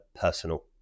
personal